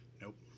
nope